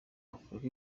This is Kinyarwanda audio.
afurika